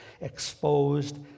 exposed